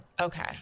Okay